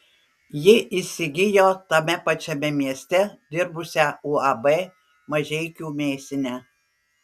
ji įsigijo tame pačiame mieste dirbusią uab mažeikių mėsinę